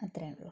അത്രയേയുള്ളു